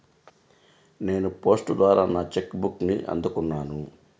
నేను పోస్ట్ ద్వారా నా చెక్ బుక్ని అందుకున్నాను